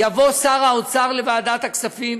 יבוא שר האוצר לוועדת הכספים